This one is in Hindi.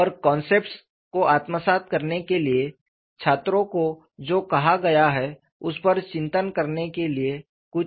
और कॉन्सेप्ट्स को आत्मसात करने के लिए छात्रों को जो कहा गया है उस पर चिंतन करने के लिए कुछ समय चाहिए